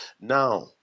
Now